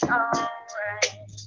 alright